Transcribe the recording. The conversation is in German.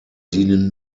dienen